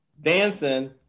dancing